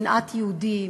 שנאת יהודים,